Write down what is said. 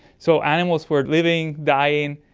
so animals were living, dying,